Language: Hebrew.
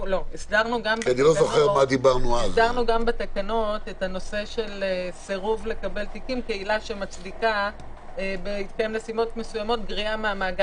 אני חושבת שדנו היום הרבה מאוד לגבי מה צריך לעשות מנהל ההסדר,